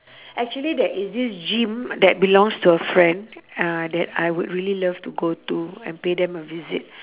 actually there is this gym that belongs to a friend uh that I would really love to go to and pay them a visit